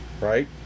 Right